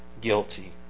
guilty